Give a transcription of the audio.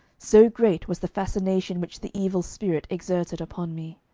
so great was the fascination which the evil spirit exerted upon me.